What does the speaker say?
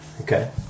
Okay